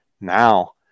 now